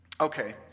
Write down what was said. Okay